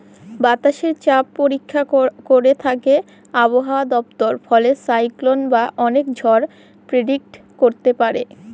বাতাসের চাপ পরীক্ষা করে থাকে আবহাওয়া দপ্তর ফলে সাইক্লন বা অনেক ঝড় প্রেডিক্ট করতে পারে